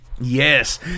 Yes